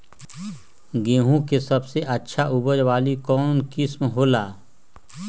गेंहू के सबसे अच्छा उपज वाली कौन किस्म हो ला?